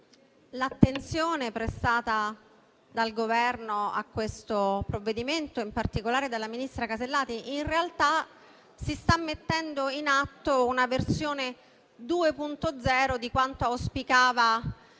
l'attenzione prestata dal Governo a questo provvedimento e in particolare dalla ministra Alberti Casellati: in realtà, si sta mettendo in atto una versione 2.0 di quanto auspicava il